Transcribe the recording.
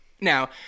Now